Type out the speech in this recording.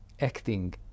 acting